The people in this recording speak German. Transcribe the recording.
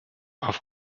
auf